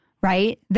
right